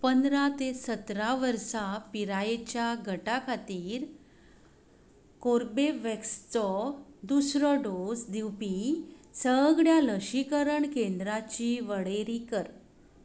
पंदरा ते सतरा वर्सां पिरायेच्या गटा खातीर कोर्बेवॅक्सचो दुसरो डोस दिवपी सगळ्या लशीकरण केंद्रांची वळेरी कर